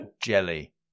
Jelly